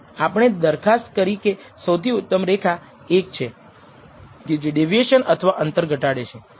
આપણે દરખાસ્ત કરી કે સૌથી ઉત્તમ રેખા 1 છે કે જે ડેવિએશન અથવા અંતર ઘટાડે છે